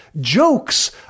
jokes